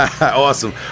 Awesome